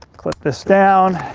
clip this down.